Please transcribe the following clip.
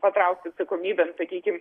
patraukti atsakomybėn sakykim